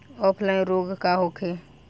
Offline रोग का होखे?